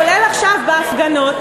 כולל עכשיו בהפגנות,